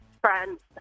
friend's